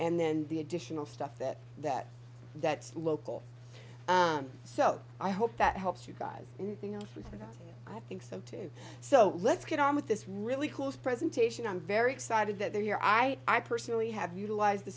and then the additional stuff that that that's local so i hope that helps you guys in the know and i think so too so let's get on with this really close presentation i'm very excited that they're here i i personally have utilized the